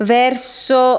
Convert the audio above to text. verso